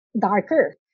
darker